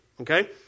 Okay